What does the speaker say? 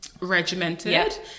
regimented